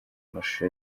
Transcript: amashusho